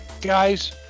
Guys